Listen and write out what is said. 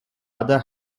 other